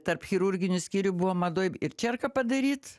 tarp chirurginių skyrių buvo madoj ir čerką padaryt